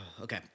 okay